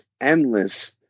endless